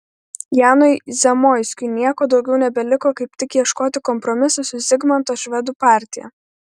janui zamoiskiui nieko daugiau nebeliko kaip tik ieškoti kompromisų su zigmanto švedų partija